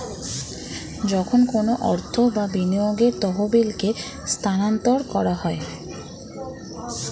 যখন কোনো অর্থ বা বিনিয়োগের তহবিলকে স্থানান্তর করা হয়